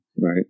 right